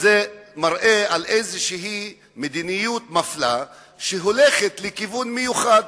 זה מראה על מדיניות מפלה שהולכת לכיוון מיוחד,